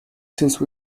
since